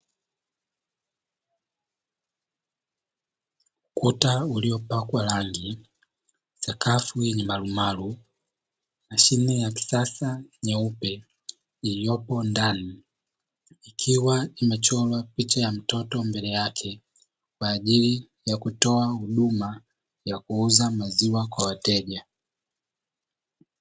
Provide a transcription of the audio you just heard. Ukuta uliopakwa rangi sakafu marumaru mashine ya kisasa nyeupe, iliyopo ndani ikiwa imechorwa picha ya mtoto mbele yake kwa ajili ya kutoa huduma ya kuuza maziwa kwa wateja.